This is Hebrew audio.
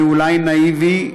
אני אולי נאיבי,